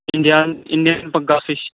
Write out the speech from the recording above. Indian Indian بگا fish